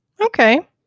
Okay